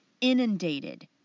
inundated